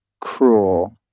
cruel